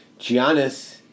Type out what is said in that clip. Giannis